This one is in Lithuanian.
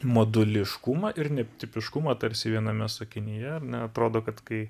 moduliškumą ir netipiškumą tarsi viename sakinyje ar ne atrodo kad kai